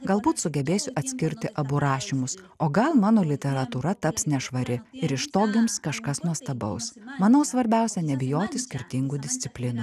galbūt sugebėsiu atskirti abu rašymus o gal mano literatūra taps nešvari ir iš to gims kažkas nuostabaus manau svarbiausia nebijoti skirtingų disciplinų